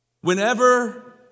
Whenever